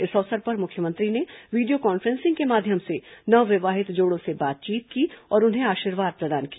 इस अवसर पर मुख्यमंत्री ने वीडियो कॉन्फ्रेसिंग के माध्यम से नवविवाहित जोड़ों से बातचीत की और उन्हें आशीर्वाद प्रदान किया